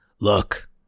look